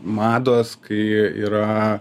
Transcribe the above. mados kai yra